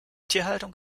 tierhaltung